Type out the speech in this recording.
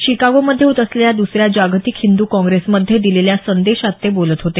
शिकागोमध्ये होत असलेल्या दुसऱ्या जागतिक हिंदू काँग्रेसमध्ये दिलेल्या संदेशात ते बोलत होते